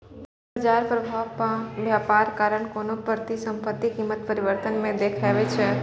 बाजार प्रभाव व्यापारक कारण कोनो परिसंपत्तिक कीमत परिवर्तन मे देखबै छै